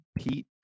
Pete